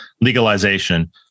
legalization